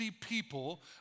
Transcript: people